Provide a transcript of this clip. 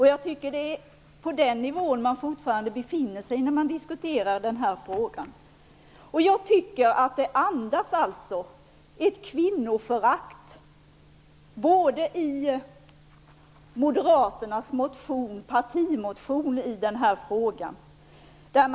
Jag tycker att man fortfarande befinner sig på den nivån när man diskuterar den här frågan. Jag tycker att moderaternas partimotion i den här frågan andas ett kvinnoförakt.